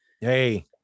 Hey